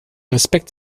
respekt